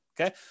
Okay